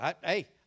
Hey